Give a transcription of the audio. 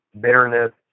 bitterness